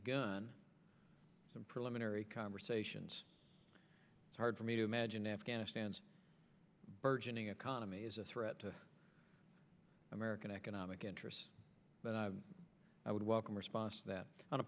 begun some preliminary conversations it's hard for me to imagine afghanistan's burgeoning economy as a threat to american economic interests but i i would welcome a response that on a